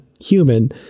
human